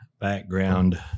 background